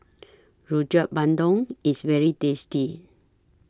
Rojak Bandung IS very tasty